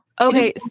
Okay